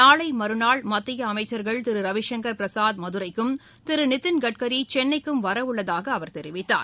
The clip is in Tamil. நாளை மறுநாள் மத்திய அமைச்சர்கள் திரு ரவிசங்கர் பிரசாத் மதுரைக்கும் திரு நிதின் கட்காரி சென்னைக்கும் வர உள்ளதாக அவர் தெரிவித்தார்